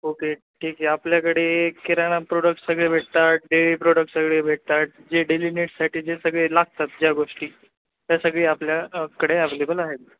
okay ठीक आहे आपल्याकडे किराणा प्रोडक्टस सगळे भेटतात डेली प्रोडक्ट सगळे भेटतात जे डेली नीडसाठी जे सगळे लागतात ज्या गोष्टी त्या सगळी आपल्याकडे ॲवेलेबल आहेत